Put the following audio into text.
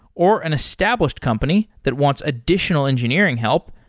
or an established company that wants additional engineering help,